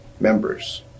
members